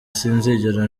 sinzigera